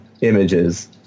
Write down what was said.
images